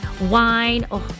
wine